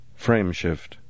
Frameshift